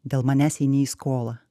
dėl manęs eini į skolą